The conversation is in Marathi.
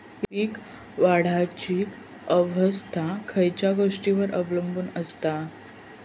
पीक वाढीची अवस्था खयच्या गोष्टींवर अवलंबून असता?